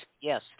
yes